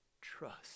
trust